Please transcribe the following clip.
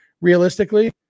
realistically